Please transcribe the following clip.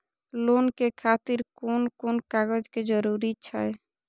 Loan के खातिर कोन कोन कागज के जरूरी छै?